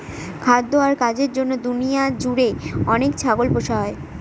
খাদ্য আর কাজের জন্য দুনিয়া জুড়ে অনেক ছাগল পোষা হয়